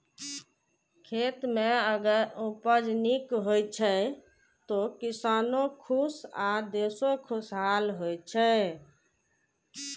खेत मे उपज नीक होइ छै, तो किसानो खुश आ देशो खुशहाल होइ छै